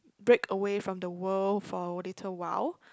break away from the world for a little while